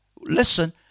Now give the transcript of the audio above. Listen